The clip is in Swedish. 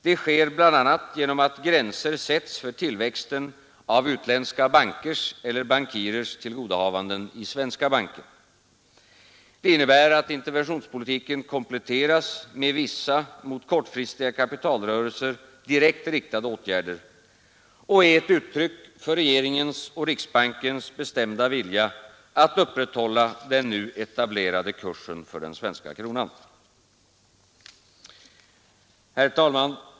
Det sker bl.a. genom att gränser sätts för tillväxten av utländska bankers eller bankirers tillgodohavanden i svenska banker. Det innebär att interventionspolitiken kompletteras med vissa mot kortfristiga kapitalrörelser direkt riktade åtgärder och är ett uttryck för regeringens och riksbankens bestämda vilja att upprätthålla den nu etablerade kursen för den svenska kronan. Herr talman!